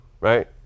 right